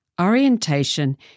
Orientation